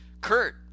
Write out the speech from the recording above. Kurt